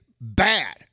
bad